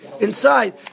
Inside